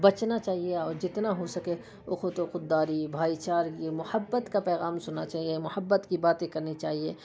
بچنا چاہیے اور جتنا ہو سکے اخوت و خود داری بھائی چارگی محبت کا پیغام سننا چاہیے محبت کی باتیں کرنی چاہیے